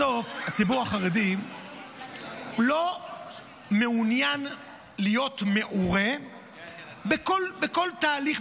בסוף הציבור החרדי לא מעוניין להיות מעורה בכל תהליך,